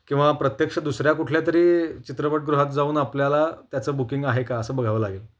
किंवा प्रत्यक्ष दुसऱ्या कुठल्या तरी चित्रपटगृहात जाऊन आपल्याला त्याचं बुकिंग आहे का असं बघावं लागेल